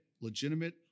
legitimate